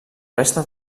resta